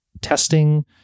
testing